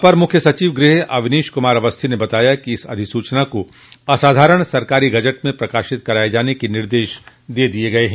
अपर मुख्य सचिव गृह अवनीश कुमार अवस्थी ने बताया है कि इस अधिसूचना को असाधारण सरकारी गजट में प्रकाशित कराये जाने के निर्देश दे दिये गये हैं